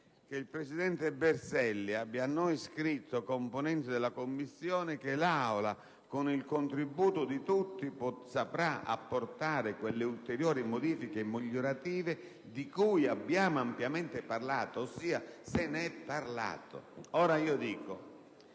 che il presidente Berselli abbia scritto a noi, componenti della Commissione, che l'Aula con il contributo di tutti saprà apportare quelle ulteriori modifiche migliorative di cui abbiamo ampiamente parlato: ossia, se ne è parlato. Questo